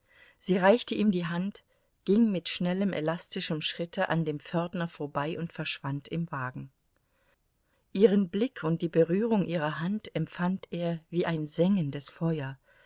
sie reichte ihm die hand ging mit schnellem elastischem schritte an dem pförtner vorbei und verschwand im wagen ihren blick und die berührung ihrer hand empfand er wie ein sengendes feuer